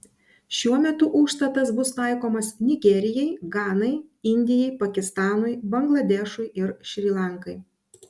šiuo metu užstatas bus taikomas nigerijai ganai indijai pakistanui bangladešui ir šri lankai